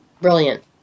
brilliant